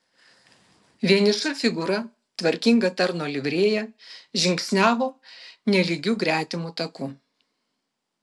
vieniša figūra tvarkinga tarno livrėja žingsniavo nelygiu gretimu taku